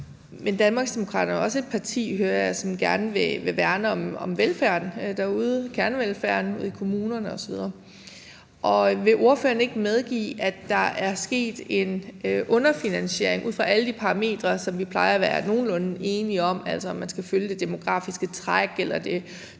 men Danmarksdemokraterne er også et parti, hører jeg, som gerne vil værne om velfærden derude, altså kernevelfærden i kommunerne osv. Vil ordføreren ikke medgive, at der de seneste 10 år er sket en kraftig underfinansiering ud fra alle de parametre, som vi plejer at være nogenlunde enige om, altså at man skal følge det demografiske træk eller det